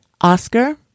Oscar